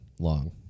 long